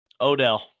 Odell